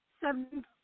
seven